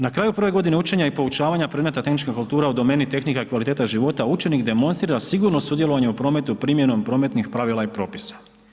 Na kraju prve godine učenja i poučavanja predmeta tehnička kultura u domeni Tehnika i kvaliteta života učenik demonstrira sigurno sudjelovanje u prometu primjenom prometnih pravila i propisa.